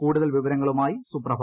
കൂടുതൽ വിവരങ്ങളുമായി സുപ്രഭ